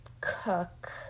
cook